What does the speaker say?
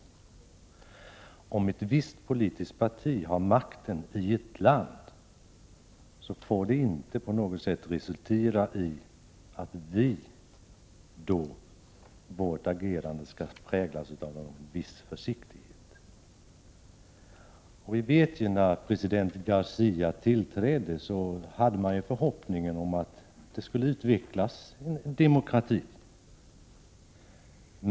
Att ett visst politiskt parti har makten i ett land får inte på något sätt resultera i att vårt agerande präglas av en viss försiktighet. När president Garcia tillträdde hyste man förhoppningen att det skulle utvecklas en demokrati.